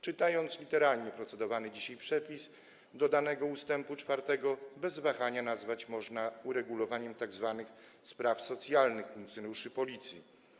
Czytając literalnie procedowany dzisiaj przepis dodanego ust. 4, bez wahania nazwać to można uregulowaniem tzw. spraw socjalnych funkcjonariuszy Policji.